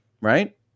right